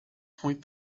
point